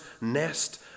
nest